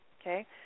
Okay